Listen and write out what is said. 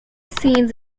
scenes